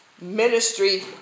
ministry